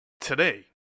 Today